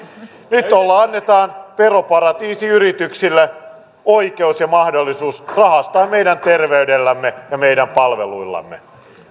nyt tuolla annetaan veroparatiisiyrityksille oikeus ja mahdollisuus rahastaa meidän terveydellämme ja meidän palveluillamme